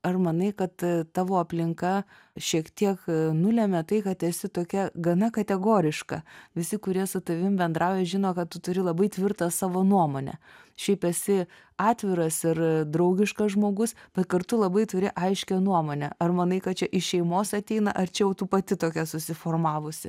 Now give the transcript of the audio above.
ar manai kad tavo aplinka šiek tiek nulemia tai kad esi tokia gana kategoriška visi kurie su tavim bendrauja žino kad tu turi labai tvirtą savo nuomonę šiaip esi atviras ir draugiškas žmogus bet kartu labai turi aiškią nuomonę ar manai kad čia iš šeimos ateina ar čia jau tu pati tokia susiformavusi